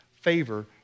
favor